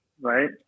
right